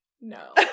no